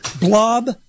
Blob